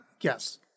Yes